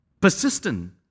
persistent